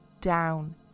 down